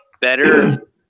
better